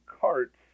carts